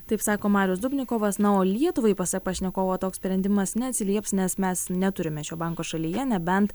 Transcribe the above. taip sako marius dubnikovas na o lietuvai pasak pašnekovo toks sprendimas neatsilieps nes mes neturime šio banko šalyje nebent